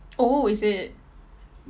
oh is it